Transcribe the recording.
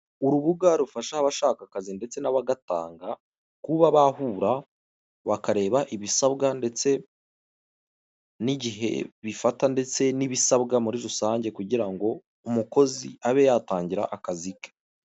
Urubuga rufasha abashaka akazi ndetse n'abagatanga, kuba bahura bakareba ibisabwa ndetse n'igihe bifata ndetse n'ibisabwa muri rusange kugira ngo umukozi abe yatangira akazi ke.